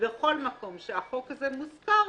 וכל מקום שהחוק הזה מוזכר,